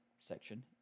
section